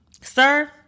Sir